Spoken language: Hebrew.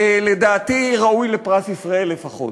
לדעתי ראוי לפרס ישראל לפחות.